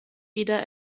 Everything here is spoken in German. wieder